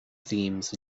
themes